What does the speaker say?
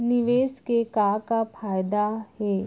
निवेश के का का फयादा हे?